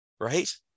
right